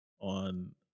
on